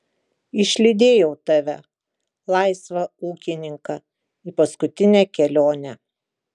išlydėjau tave laisvą ūkininką į paskutinę kelionę